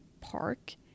park